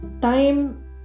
time